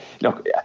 look